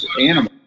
animals